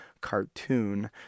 Cartoon